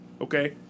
Okay